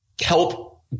help